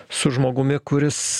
su žmogumi kuris